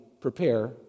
prepare